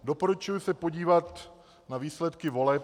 Doporučuji se podívat na výsledky voleb.